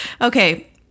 Okay